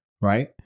Right